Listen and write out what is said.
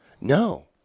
No